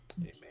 Amen